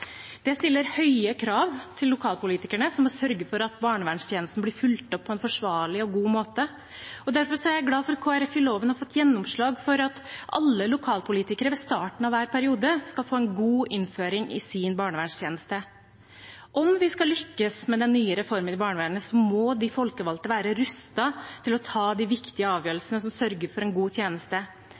Det stiller høye krav til lokalpolitikerne, som må sørge for at barnevernstjenesten blir fulgt opp på en forsvarlig og god måte. Derfor er jeg glad for at Kristelig Folkeparti i loven har fått gjennomslag for at alle lokalpolitikere ved starten av hver periode skal få en god innføring i sin barnevernstjeneste. Om vi skal lykkes med den nye reformen i barnevernet, må de folkevalgte være rustet til å ta de viktige avgjørelsene som sørger for en god tjeneste.